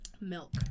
Milk